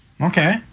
Okay